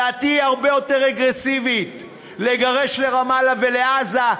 דעתי הרבה יותר אגרסיבית: לגרש לרמאללה ולעזה,